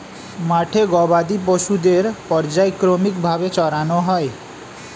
মাঠে গবাদি পশুদের পর্যায়ক্রমিক ভাবে চরানো হয়